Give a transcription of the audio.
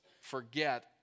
forget